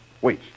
Wait